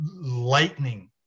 lightning